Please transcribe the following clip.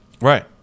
Right